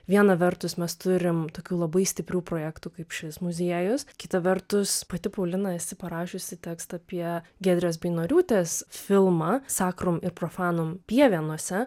viena vertus mes turim tokių labai stiprių projektų kaip šis muziejus kita vertus pati paulina esi parašiusi tekstą apie giedrės beinoriūtės filmą sakrum ir profanum pievėnuose